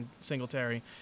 Singletary